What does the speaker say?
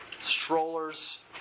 Strollers